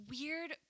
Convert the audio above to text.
weird